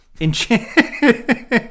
enchant